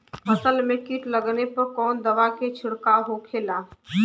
फसल में कीट लगने पर कौन दवा के छिड़काव होखेला?